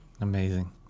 Amazing